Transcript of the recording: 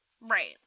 Right